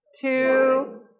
two